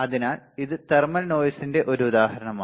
അതിനാൽ ഇത് തെർമൽ നോയിസിന്റെ ഒരു ഉദാഹരണമാണ്